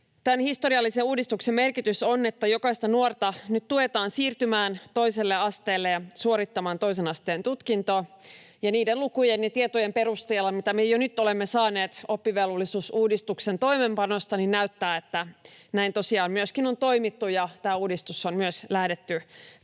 Tämän historiallisen uudistuksen merkitys on, että jokaista nuorta nyt tuetaan siirtymään toiselle asteelle ja suorittamaan toisen asteen tutkinto, ja niiden lukujen ja tietojen perusteella, mitä me jo nyt olemme saaneet oppivelvollisuusuudistuksen toimeenpanosta, näyttää, että näin tosiaan myöskin on toimittu ja tämä uudistus on myös lähtenyt